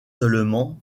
seulement